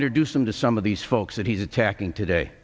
introduce him to some of these folks that he's attacking today